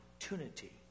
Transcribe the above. opportunity